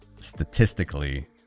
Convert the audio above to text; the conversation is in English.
statistically